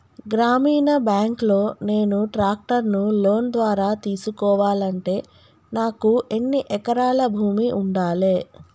గ్రామీణ బ్యాంక్ లో నేను ట్రాక్టర్ను లోన్ ద్వారా తీసుకోవాలంటే నాకు ఎన్ని ఎకరాల భూమి ఉండాలే?